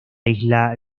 isla